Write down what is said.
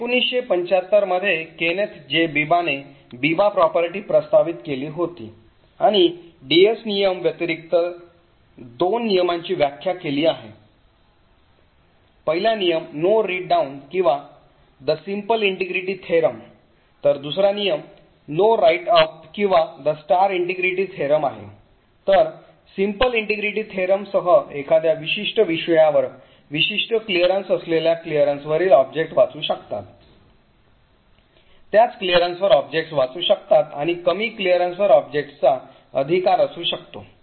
१९७५ मध्ये Kenneth J बीबाने Biba property प्रस्तावित केली होती आणि DS नियम व्यतिरिक्त दोन नियमांची व्याख्या केली आहे पहिला नियम no read down किंवा the simple integrity theorem तर दुसरा नियम no write up किंवा the star integrity theorem आहे तर simple integrity theorem सह एखाद्या विशिष्ट विषयावर विशिष्ट क्लिअरन्स असलेल्या क्लिअरन्सवरील ऑब्जेक्ट वाचू शकतात त्याच क्लिअरन्सवर ऑब्जेक्ट्स वाचू शकतात आणि कमी क्लिअरन्सवर ऑब्जेक्ट्सचा अधिकार असू शकतो